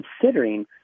considering